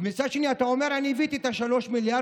ומצד שני אתה אומר: אני הבאתי 3 מיליארד,